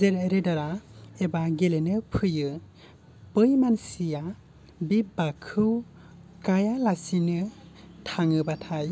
जेरै राइडारा एबा गेलेनो फैयो बै मानसिया बै भागखौ गाया लासेनो थाङोबाथाय